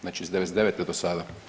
Znači iz '99. do sada.